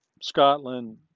Scotland